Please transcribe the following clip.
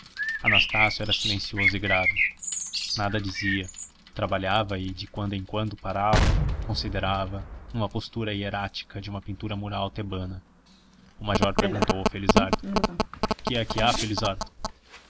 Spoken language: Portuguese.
anastácio era silencioso e grave nada dizia trabalhava e de quando em quando parava considerava numa postura hierática de uma pintura mural tebana o major perguntou ao felizardo que é que há felizardo